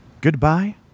goodbye